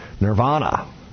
nirvana